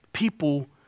People